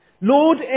Lord